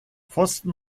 pfosten